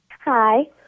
Hi